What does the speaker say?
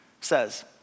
says